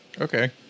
Okay